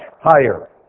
higher